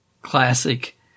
classic